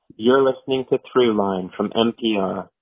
you're listening to throughline from npr.